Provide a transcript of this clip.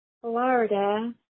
Florida